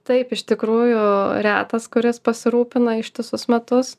taip iš tikrųjų retas kuris pasirūpina ištisus metus